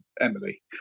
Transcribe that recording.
Emily